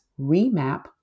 remap